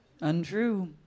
untrue